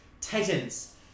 Titans